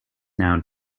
now